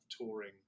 touring